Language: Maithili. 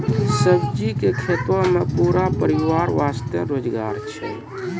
सब्जी के खेतों मॅ पूरा परिवार वास्तॅ रोजगार छै